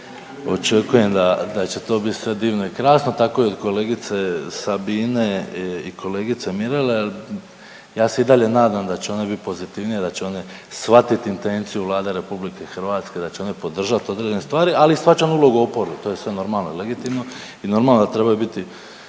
očekujem da će to biti sve divno i krasno tako i od kolegice Sabine i kolegice Mirele, jer ja se i dalje nadam da će one bit pozitivnije, da će one shvatiti intenciju Vlade Republike Hrvatske, da će one podržati određene stvari, ali shvaćam i ulogu oporbe. To je sve normalno i legitimno i normalno je da trebaju biti